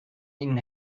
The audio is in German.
ihnen